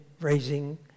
raising